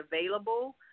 available